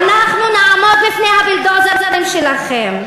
אנחנו נעמוד בפני הבולדוזרים שלכם.